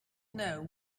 know